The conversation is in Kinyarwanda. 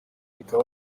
ikaba